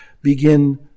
begin